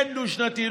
כן דו-שנתי,